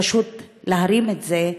פשוט להרים את זה,